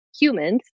humans